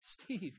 Steve